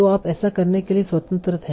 तो आप ऐसा करने के लिए स्वतंत्र हैं